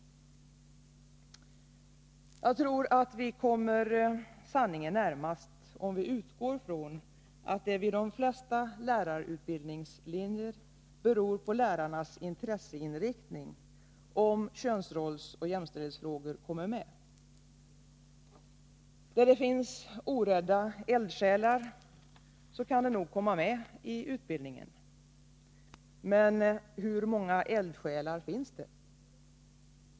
Jag tror att vi kommer sanningen närmast om vi utgår från att det vid de flesta lärarutbildningslinjer beror på lärarnas intresseinriktning om könsrolls-/jämställdhetsfrågor kommer med. Där det finns orädda eldsjälar kan de nog komma med i utbildningen. Men hur många eldsjälar finns det?